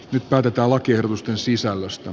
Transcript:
nyt päätetään lakiehdotusten sisällöstä